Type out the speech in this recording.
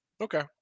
Okay